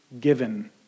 given